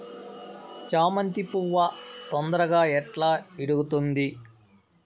చామంతి పువ్వు తొందరగా ఎట్లా ఇడుగుతుంది?